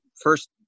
first